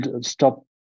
stop